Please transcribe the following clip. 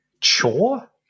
chore